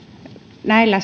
näillä